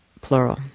Plural